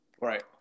Right